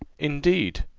indeed!